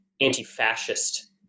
anti-fascist